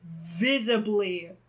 visibly